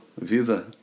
visa